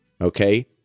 okay